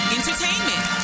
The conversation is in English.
Entertainment